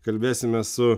kalbėsime su